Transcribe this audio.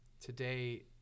today